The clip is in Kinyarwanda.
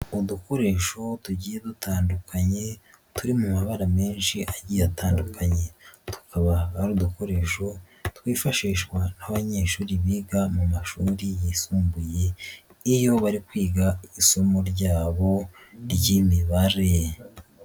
Udukoresho tugiye dutandukanye, turi mu mabara menshi agiye atandukanye, tukaba udukoresho twifashishwa n'abanyeshuri biga mu mashuri yisumbuye, iyo bari kwiga isomo ryabo ry'imibare.